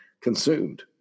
consumed